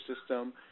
system